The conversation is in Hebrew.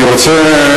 אני רוצה,